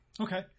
Okay